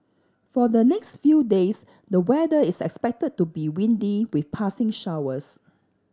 for the next few days the weather is expected to be windy with passing showers